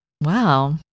Wow